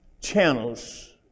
channels